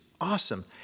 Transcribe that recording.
awesome